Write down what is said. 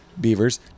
Beavers